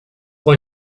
pour